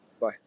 Bye